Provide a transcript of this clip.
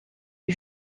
est